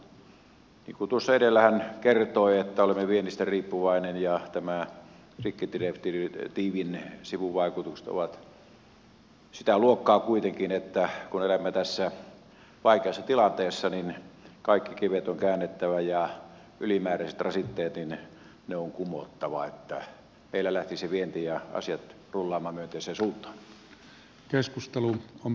niin kuin edellä hän kertoi olemme viennistä riippuvaisia ja tämän rikkidirektiivin sivuvaikutukset ovat sitä luokkaa kuitenkin että kun elämme tässä vaikeassa tilanteessa niin kaikki kivet on käännettävä ja ylimääräiset rasitteet on kumottava että meillä lähtisivät vienti ja asiat rullaamaan oikeaan suuntaan